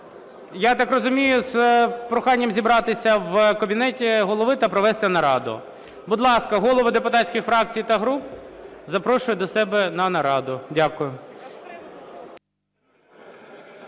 я так розумію, з проханням зібратися в кабінеті Голови та провести нараду. Будь ласка, голови депутатських фракцій та груп запрошую до себе на нараду. Дякую.